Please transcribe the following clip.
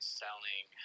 selling